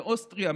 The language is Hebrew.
מאוסטריה,